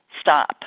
stop